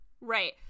Right